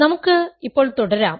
നമുക്ക് ഇപ്പോൾ തുടരാം